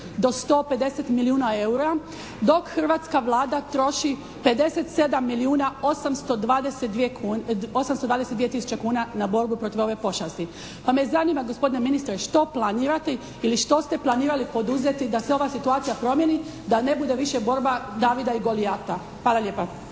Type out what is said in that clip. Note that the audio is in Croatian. do 150 milijuna eura dok hrvatska Vlada troši 57 milijuna 822 tisuće kuna na borbu protiv ove pošasti. Pa me zanima, gospodine ministre, što planirate ili što ste planirali poduzeti da se ova situacija promijeni, da ne bude više borba Davida i Golijata. Hvala lijepa.